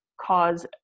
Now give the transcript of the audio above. cause